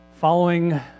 Following